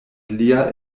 lia